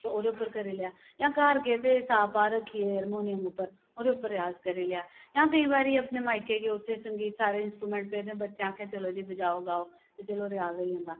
ते ओह्दे उप्पर करी लेआ जां घर गे तां सा पा रक्खियै हरमोनियम उप्पर ओह्दे उप्पर रेयाज करी लेआ जां केईं बारे अपने मायके गे उत्थे संगीत सारे इंस्ट्रूमेंट पेदे बच्चे आखदे चलो जी गाओ बजाओ ते चलो रेयाज होई जंदा